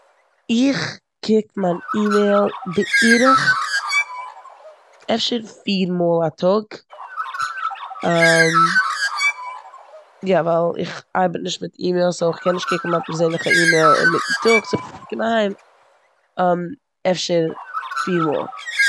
איך קוק מיין אימעיל בערך אפשר פיר מאל א טאג. יא, ווייל איך ארבעט נישט מיט אימעיל סאו איך קען נישט קוקן מיין פערזענליכע אימעיל אינמיטן טאג סאו ווען איך קום אהיים אפשר פיר מאל.